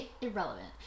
irrelevant